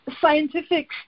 scientific